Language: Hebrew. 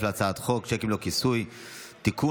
להצעת החוק שיקים ללא כיסוי (תיקון,